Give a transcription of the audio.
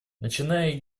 начиная